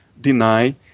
deny